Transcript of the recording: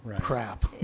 crap